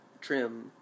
trim